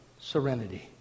Serenity